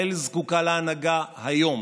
ישראל זקוקה להנהגה היום,